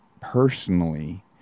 personally